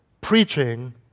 Preaching